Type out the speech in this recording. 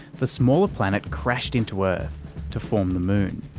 the smaller planet crashed into earth to form the moon,